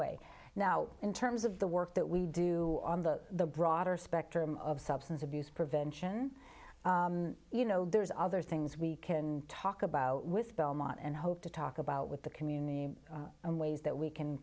way now in terms of the work that we do on the broader spectrum of substance abuse prevention you know there's other things we can talk about with belmont and hope to talk about with the community and ways that we can